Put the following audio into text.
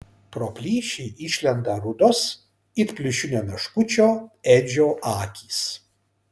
pro plyšį išlenda rudos it pliušinio meškučio edžio akys